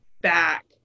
back